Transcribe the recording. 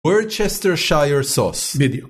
וורצ'סטר שייר סוס, בידיוק.